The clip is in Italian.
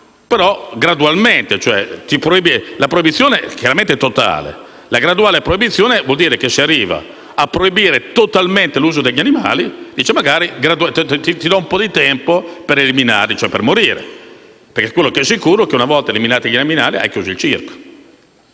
però gradualmente. La proibizione è totale, ma la graduale proibizione vuol dire che si arriva a proibire totalmente l'uso degli animali magari dando un po' di tempo per eliminarli, cioè per morire: perché è sicuro che, una volta eliminati gli animali, hai ucciso il circo